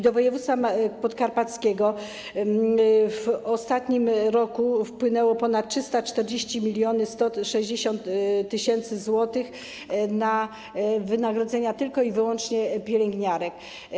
Do województwa podkarpackiego w ostatnim roku wpłynęło ponad 340 160 tys. zł na wynagrodzenia tylko i wyłącznie pielęgniarek.